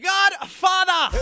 Godfather